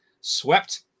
swept